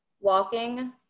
Walking